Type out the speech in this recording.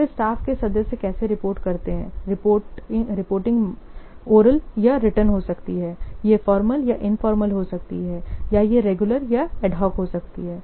फिर स्टाफ के सदस्य कैसे रिपोर्ट करते हैं रिपोर्टिंग ओरल या रिटर्न हो सकती है यह फॉर्मल या इनफॉर्मल हो सकती है या यह रेगुलर या एडहॉक हो सकती है